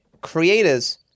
creators